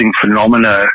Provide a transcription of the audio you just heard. phenomena